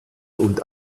und